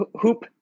hoop